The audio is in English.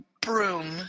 broom